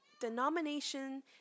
denomination